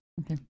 okay